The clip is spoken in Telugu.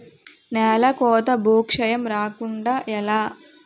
నేలకోత భూక్షయం రాకుండ ఎలా?